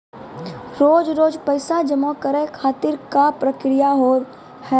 रोज रोज पैसा जमा करे खातिर का प्रक्रिया होव हेय?